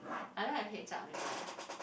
I don't have head up in my